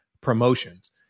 promotions